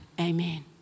Amen